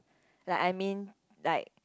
like I mean like